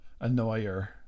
annoyer